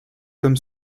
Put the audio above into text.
comme